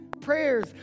prayers